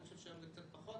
אני חושב שהיום זה קצת פחות.